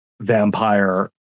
vampire